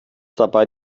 dabei